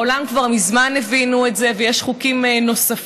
בעולם כבר מזמן הבינו את זה, ויש חוקים נוספים.